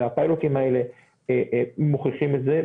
והפיילוטים האלה מוכיחים את זה,